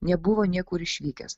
nebuvo niekur išvykęs